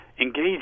engage